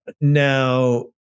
Now